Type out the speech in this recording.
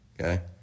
Okay